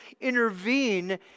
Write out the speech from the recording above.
intervene